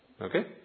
okay